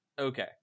Okay